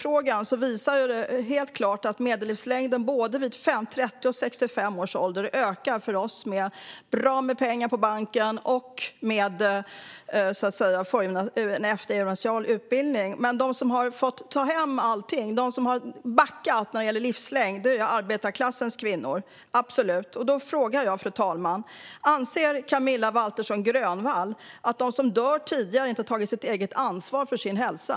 När det gäller folkhälsofrågan ser vi helt klart att medellivslängden både vid 30 och 65 års ålder ökar för oss som har bra med pengar på banken och eftergymnasial utbildning. Men de som har backat när det gäller livslängd är absolut arbetarklassens kvinnor. Därför frågar jag, fru talman: Anser Camilla Waltersson Grönvall att de som dör tidigare inte har tagit eget ansvar för sin hälsa?